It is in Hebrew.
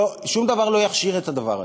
שום דבר לא יכשיר את הדבר הזה.